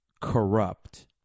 corrupt